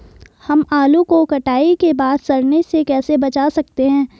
हम आलू को कटाई के बाद सड़ने से कैसे बचा सकते हैं?